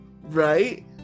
Right